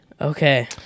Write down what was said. Okay